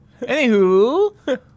Anywho